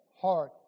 heart